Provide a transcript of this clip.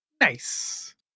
Nice